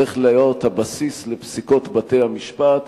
זה צריך להיות הבסיס לפסיקות בתי-המשפט,